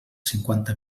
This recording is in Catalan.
cinquanta